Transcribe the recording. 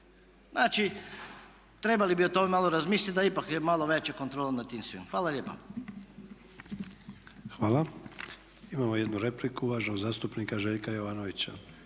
Znači, trebali bi o tome malo razmisliti da ipak je malo veća kontrola nad tim svim. Hvala lijepa. **Sanader, Ante (HDZ)** Hvala. Imamo jednu repliku uvaženog zastupnika Željka Jovanovića.